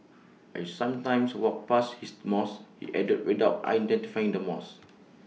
I sometimes walk past this mosque he added without identifying the mosque